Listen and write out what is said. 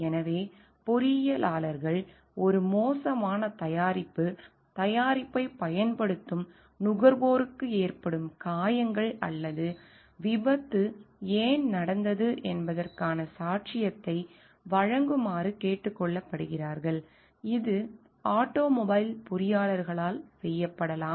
எனவே பொறியியலாளர்கள் ஒரு மோசமான தயாரிப்பு தயாரிப்பைப் பயன்படுத்தும் நுகர்வோருக்கு ஏற்படும் காயங்கள் அல்லது விபத்து ஏன் நடந்தது என்பதற்கான சாட்சியத்தை வழங்குமாறு கேட்டுக் கொள்ளப்படுகிறார்கள் இது ஆட்டோமொபைல் பொறியாளர்களால் செய்யப்படலாம்